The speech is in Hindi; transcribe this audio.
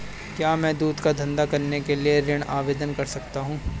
क्या मैं दूध का धंधा करने के लिए ऋण आवेदन कर सकता हूँ?